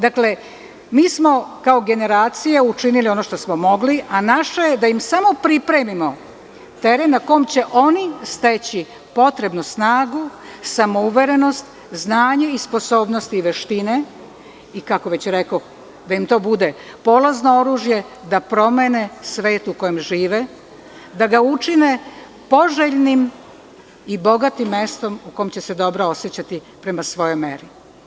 Dakle, mi smo kao generacija učinili ono što smo mogli, a naše je da im samo pripremimo teren na kome će oni steći potrebnu snagu, samouverenost, znanje, sposobnosti i veštine i, kako već rekoh, da im to bude polazno oružje da promene svet u kojem žive, da ga učine poželjnim i bogatim mestom u kome će se dobro osećati, prema svojoj meri.